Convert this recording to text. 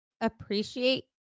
appreciate